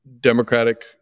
democratic